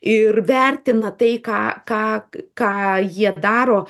ir vertina tai ką ką ką jie daro